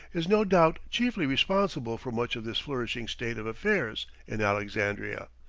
is no doubt chiefly responsible for much of this flourishing state of affairs in alexandria,